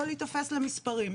לא להיתפס למספרים,